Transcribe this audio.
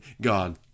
God